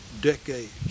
decades